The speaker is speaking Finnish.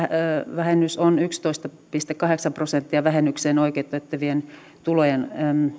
työtulovähennys on yksitoista pilkku kahdeksan prosenttia vähennykseen oikeuttavien tulojen